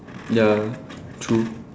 ya true